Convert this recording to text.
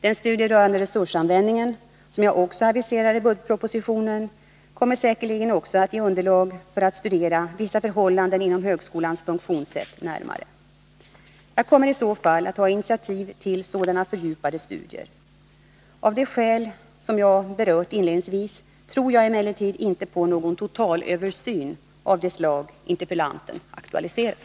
Den studie rörande resursanvändningen som jag också aviserat i budgetpropositionen kommer säkerligen också att ge underlag för att studera vissa förhållanden i högskolans funktionssätt närmare. Jag kommer i så fall att ta initiativ till sådana fördjupade studier. Av de skäl som jag berört inledningsvis tror jag emellertid inte på någon ”totalöversyn” av det slag interpellanten aktualiserar.